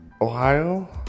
Ohio